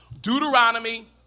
Deuteronomy